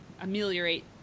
ameliorate